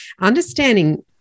understanding